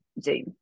Zoom